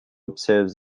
observe